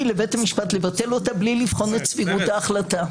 לבית המשפט לבטל אותה מבלי לבחון את סבירות ההחלטה.